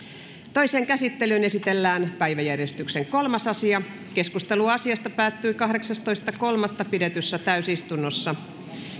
toiseen käsittelyyn esitellään päiväjärjestyksen kolmas asia keskustelu asiasta päättyi kahdeksastoista kolmatta kaksituhattayhdeksäntoista pidetyssä täysistunnossa